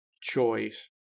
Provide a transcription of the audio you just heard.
choice